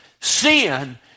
Sin